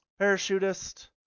parachutist